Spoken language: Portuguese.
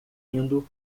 indo